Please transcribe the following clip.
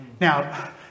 Now